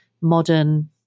modern